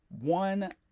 one